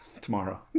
tomorrow